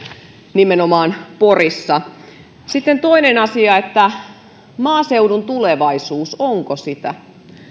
nimenomaan porissa sitten toinen asia maaseudun tulevaisuus onko sitä